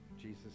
Jesus